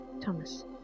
Thomas